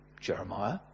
jeremiah